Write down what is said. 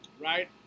right